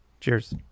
Cheers